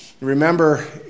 remember